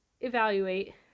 evaluate